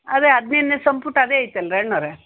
ಅದೇ ಹದಿನೈದನೆ ಸಂಪುಟ ಅದೇ ಐತಲ್ಲ ರೀ ಅಣ್ಣಾವ್ರೇ